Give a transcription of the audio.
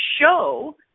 show